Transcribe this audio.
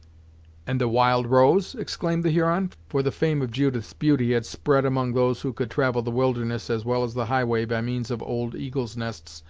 and the wild rose! exclaimed the huron for the fame of judith's beauty had spread among those who could travel the wilderness, as well as the highway by means of old eagles' nests,